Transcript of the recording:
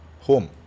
home